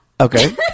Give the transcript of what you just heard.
Okay